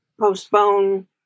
postpone